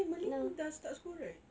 eh merlin dah start school right